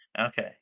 Okay